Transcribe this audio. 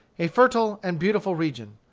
a fertile and beautiful region.